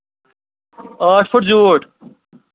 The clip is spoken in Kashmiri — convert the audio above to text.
ٲٹھ پھٕٹہٕ زیوٗٹھ